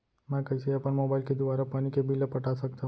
मैं कइसे अपन मोबाइल के दुवारा पानी के बिल ल पटा सकथव?